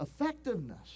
effectiveness